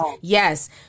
Yes